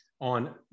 on